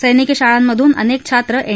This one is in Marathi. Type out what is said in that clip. सर्विकी शाळांमधून अनेक छात्र एन